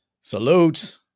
Salute